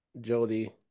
Jody